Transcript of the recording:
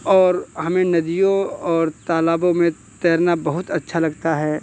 और हमें नदियों और तालाबों में तैरना बहुत अच्छा लगता है